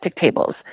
tables